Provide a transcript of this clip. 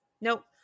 Nope